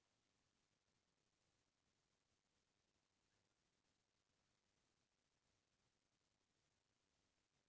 फसल के करपा ल पैरा डोरी म बने बांधके बइला भइसा गाड़ी म डोहारतिस